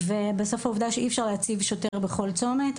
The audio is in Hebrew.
ובסוף העבודה שאי אפשר להציב שוטר בכל צומת,